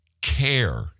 care